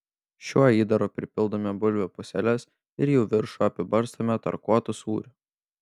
šiuo įdaru pripildome bulvių puseles ir jų viršų apibarstome tarkuotu sūriu